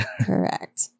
Correct